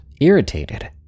irritated